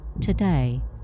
Today